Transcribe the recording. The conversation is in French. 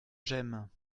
j’aime